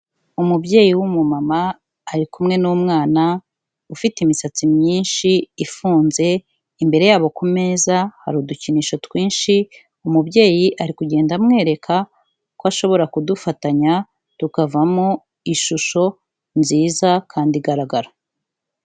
Umubyeyi w'umumama ari kumwe n'umwana ufite imisatsi myinshi ifunze, imbere yabo kumeza hari udukinisho twinshi, umubyeyi ari kugenda amwereka ko ashobora kudufatanya tukavamo ishusho nziza kandi igaragara.